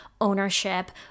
ownership